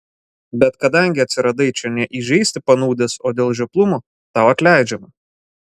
bet kadangi atsiradai čia ne įžeisti panūdęs o dėl žioplumo tau atleidžiama